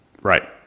Right